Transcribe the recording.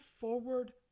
forward